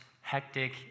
hectic